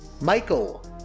Michael